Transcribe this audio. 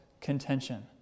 contention